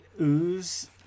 ooze